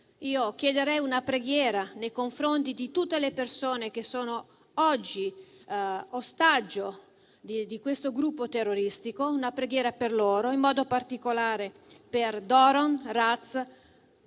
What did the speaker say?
che chiederei una preghiera nei confronti di tutte le persone che sono oggi ostaggio di questo gruppo terroristico, e in modo particolare per Doron, Raz,